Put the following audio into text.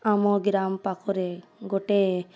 ଆମ ଗ୍ରାମ ପାଖରେ ଗୋଟେ